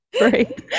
right